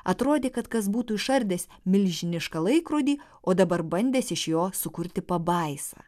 atrodė kad kas būtų išardęs milžinišką laikrodį o dabar bandęs iš jo sukurti pabaisą